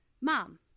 Mom